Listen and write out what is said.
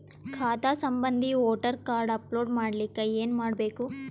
ಖಾತಾ ಸಂಬಂಧಿ voter card upload ಮಾಡಲಿಕ್ಕೆ ಏನ ಮಾಡಬೇಕು?